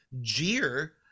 jeer